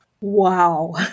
Wow